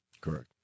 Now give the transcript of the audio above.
Correct